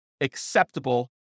acceptable